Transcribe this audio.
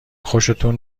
خوشتون